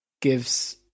Gives